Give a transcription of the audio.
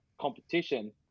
competition